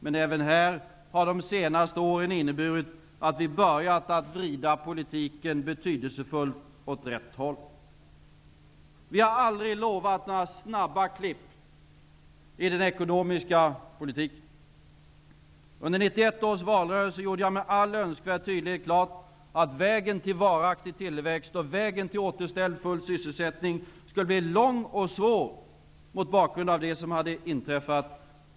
Men även här har de senaste åren inneburit att vi börjat att vrida politiken betydelsefullt åt rätt håll. Vi har aldrig lovat några snabba klipp i den ekonomiska politiken. Under 1991 års valrörelse gjorde jag med all önskvärd tydlighet klart att vägen till varaktig tillväxt och till återställd full sysselsättning skulle bli både lång och svår mot bakgrund av det som hade inträffat.